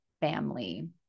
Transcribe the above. family